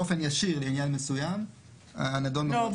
באופן ישיר לעניין מסוים הנדון ב --- לא,